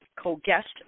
co-guest